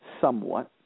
somewhat